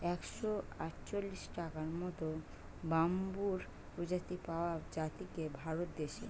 একশ আটচল্লিশটার মত বাম্বুর প্রজাতি পাওয়া জাতিছে ভারত দেশে